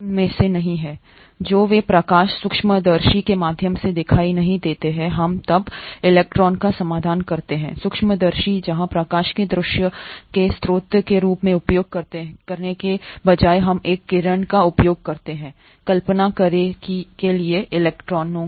वे जो प्रकाश सूक्ष्मदर्शी के माध्यम से दिखाई नहीं देते हैं हम तब इलेक्ट्रॉन का समाधान करते हैं सूक्ष्मदर्शी जहां प्रकाश के दृश्य के स्रोत के रूप में उपयोग करने के बजाय हम एक किरण का उपयोग करते हैं कल्पना करने के लिए इलेक्ट्रॉनों